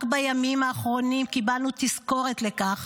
רק בימים האחרונים קיבלנו תזכורת לכך